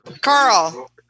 Carl